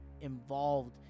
involved